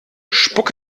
spuck